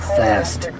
fast